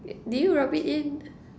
did you rub it in